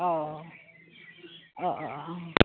अ अ अ